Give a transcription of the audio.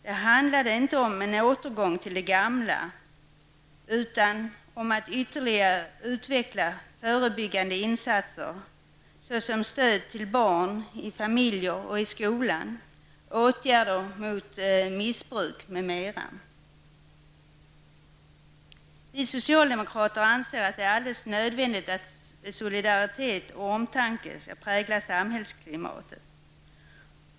Det handlade inte om en återgång till det gamla utan om att ytterligare utveckla förebyggande insatser såsom stöd till barn och familjer, stöd i skolan, åtgärder mot missbruk, m.m. Vi socialdemokrater anser att det är alldeles nödvändigt att solidaritet och omtanke präglar samhällsklimatet.